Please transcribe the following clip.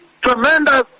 tremendous